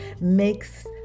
makes